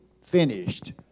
finished